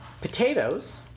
Potatoes